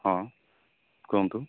ହଁ କୁହନ୍ତୁ